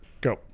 go